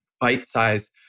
bite-sized